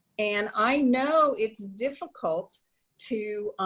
and i know it's difficult to